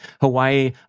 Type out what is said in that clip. Hawaii